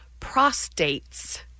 Prostates